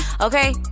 okay